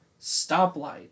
stoplight